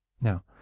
now